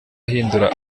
ahindura